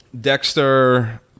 Dexter